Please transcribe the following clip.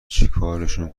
چیکارشون